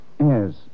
Yes